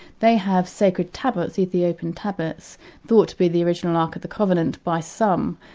they have sacred tablets, ethiopian tablets thought to be the original ark of the covenant by some,